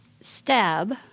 Stab